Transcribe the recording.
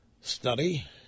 study